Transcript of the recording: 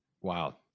Wow